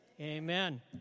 Amen